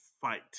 fight